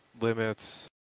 limits